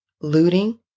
looting